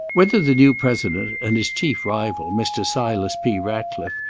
whether the new president and his chief rival, mr. silas p. ratcliffe,